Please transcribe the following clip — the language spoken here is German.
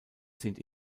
sind